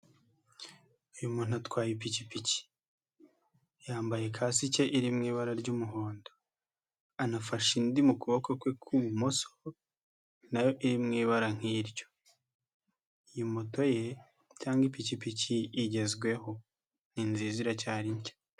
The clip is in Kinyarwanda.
Uyu muntu atwaye ipikipiki yambaye kasike iri mu ibara ry'umuhondo, anafashe indi mu kuboko kwe kw'ibumoso nayo iri mu ibara nk'iryo, iyi moto ye cyangwa ipikipiki igezweho, ni nziza iracyari nshya.